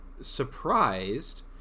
surprised